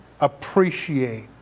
appreciate